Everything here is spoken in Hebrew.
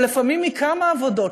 לפעמים מכמה עבודות?